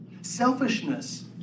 Selfishness